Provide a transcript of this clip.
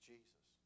Jesus